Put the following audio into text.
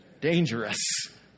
Dangerous